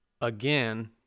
again